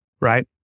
right